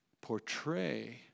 portray